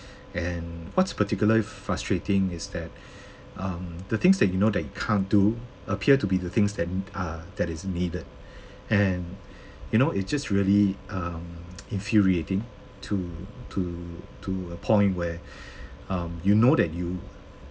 and what's particular frustrating is that um the things that you know that you can't do appear to be the things that are that is needed and you know it just really um infuriating to to to a point where um you know that you